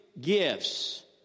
gifts